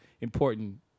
important